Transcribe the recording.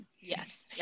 yes